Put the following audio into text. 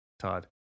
Todd